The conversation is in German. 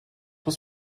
muss